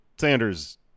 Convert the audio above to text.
sanders